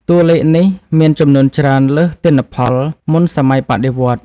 តួលេខនេះមានចំនួនច្រើនលើសទិន្នផលមុនសម័យបដិវត្តន៍។